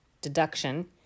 deduction